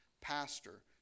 pastor